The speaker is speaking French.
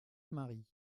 marie